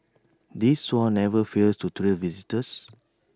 these swans never fail to thrill visitors